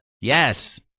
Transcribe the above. yes